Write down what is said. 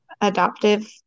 adoptive